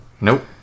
nope